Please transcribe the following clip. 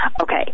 Okay